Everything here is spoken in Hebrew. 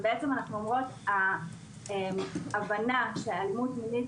ובעצם אנחנו אומרים שההבנה שאלימות מינית